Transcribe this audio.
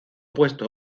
puesto